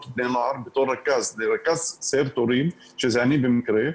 בני נוער לרכז סיירת הורים שזה אני במקרה.